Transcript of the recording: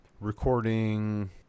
recording